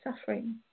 suffering